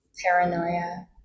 Paranoia